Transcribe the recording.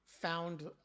found